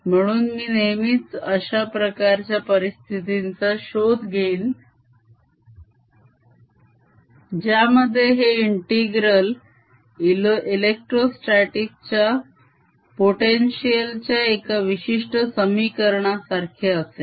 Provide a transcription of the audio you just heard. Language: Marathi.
म्हणून मी नेहमीच अश्याप्रकारच्या परिस्थितींचा शोध घेईन ज्यामध्ये हे integral electrostatics च्या potential च्या एका विशिष्ट समीकरणासारखे असेल